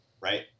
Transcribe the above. right